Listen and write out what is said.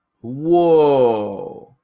Whoa